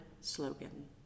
slogan